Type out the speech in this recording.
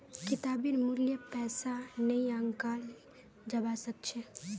किताबेर मूल्य पैसा नइ आंकाल जबा स ख छ